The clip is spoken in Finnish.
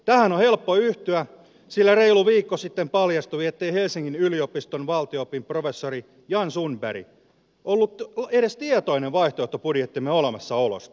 tähän on helppo yhtyä sillä reilu viikko sitten paljastui ettei helsingin yliopiston valtio opin professori jan sundberg ollut edes tietoinen vaihtoehtobudjettimme olemassaolosta